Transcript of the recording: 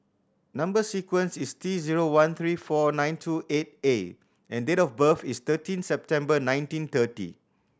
number sequence is T zero one three four nine two eight A and date of birth is thirteen September nineteen thirty